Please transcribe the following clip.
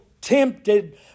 tempted